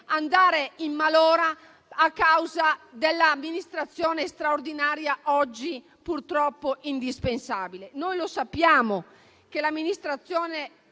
andare in malora a causa dell'amministrazione straordinaria oggi purtroppo indispensabile. Sappiamo che l'amministrazione